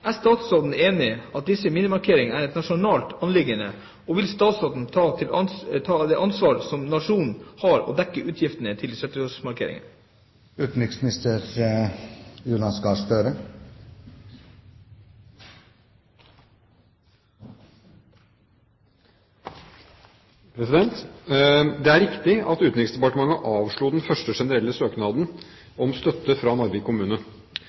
Er utenriksministeren enig i at disse minnemarkeringene er et nasjonalt anliggende, og vil utenriksministeren ta det ansvar som nasjonen har og dekke utgiftene til 70-årsmarkeringen?» Det er riktig at Utenriksdepartementet avslo den første generelle søknaden om støtte fra Narvik kommune.